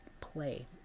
play